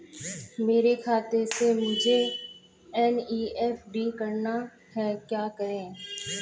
मेरे खाते से मुझे एन.ई.एफ.टी करना है क्या करें?